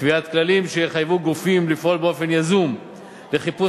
קביעת כללים שיחייבו גופים לפעול באופן יזום לחיפוש